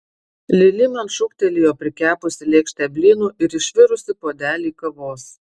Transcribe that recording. lili man šūktelėjo prikepusi lėkštę blynų ir išvirusi puodelį kavos